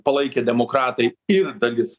palaikė demokratai ir dalis